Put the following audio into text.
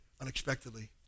unexpectedly